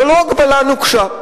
זו לא הגבלה נוקשה.